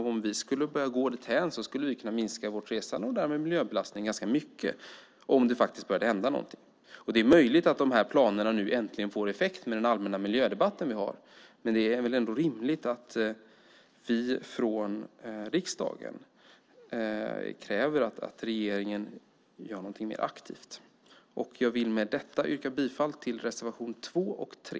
Om vi skulle börja gå dithän skulle vi kunna minska vårt resande och därmed miljöbelastningen ganska mycket om det började hända någonting. Det är möjligt att dessa planer nu äntligen får effekt med den allmänna miljödebatt vi har, men det är ändå rimligt att vi från riksdagen kräver att regeringen gör någonting mer aktivt. Jag vill med detta yrka bifall till reservationerna 2 och 3.